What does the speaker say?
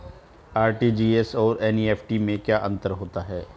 RTGS और NEFT में क्या अंतर है?